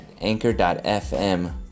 anchor.fm